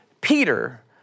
Peter